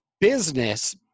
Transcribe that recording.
business